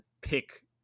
pick